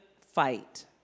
fight